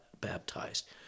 baptized